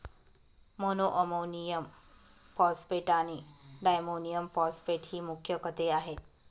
monoammonium phosphate आणि diammonium phosphate ही मुख्य खते आहेत